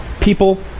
people